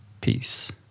Peace